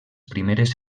primeres